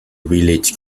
village